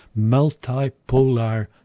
multipolar